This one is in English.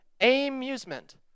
amusement